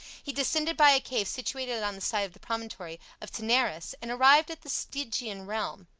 he descended by a cave situated on the side of the promontory of taenarus and arrived at the stygian realm.